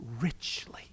richly